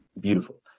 beautiful